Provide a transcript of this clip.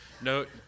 note